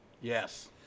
Yes